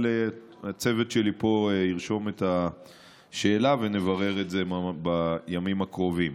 אבל הצוות שלי פה ירשום את השאלה ונברר את זה בימים הקרובים.